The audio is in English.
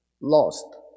lost